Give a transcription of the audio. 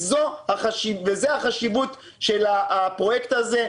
זאת החשיבות של הפרויקט הזה,